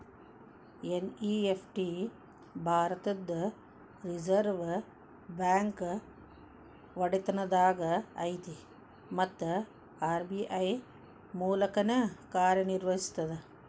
NEFT ಭಾರತದ್ reserve bank ಒಡೆತನದಾಗ ಐತಿ ಮತ್ತ ಆರ್.ಬಿ.ಐ ಮೂಲಕನ ಕಾರ್ಯನಿರ್ವಹಿಸ್ತದ